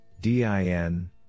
DIN